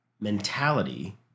mentality